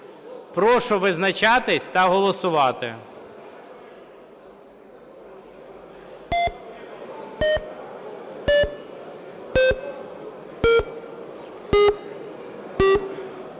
Прошу визначатися та голосувати.